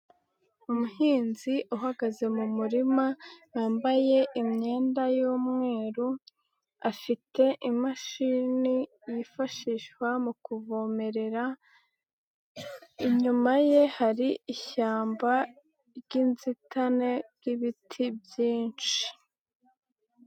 Umuhinzi uhagaze mu murima wambaye imyenda y'umweru, afite imashini yifashishwa mu kuvomerera, inyuma ye hari ishyamba ry'inzitane ry'ibiti byinshi.